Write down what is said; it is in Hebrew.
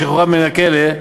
בשחרורם מן הכלא,